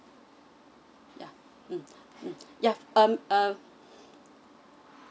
ya mm ya um uh